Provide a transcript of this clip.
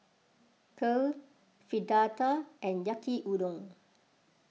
Kheer Fritada and Yaki Udon